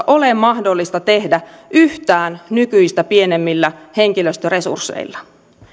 ole mahdollista tehdä yhtään nykyistä pienemmillä henkilöstöresursseilla